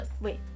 wait